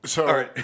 Sorry